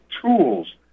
tools